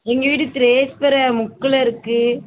எங்கள் வீடு முக்கில் இருக்குது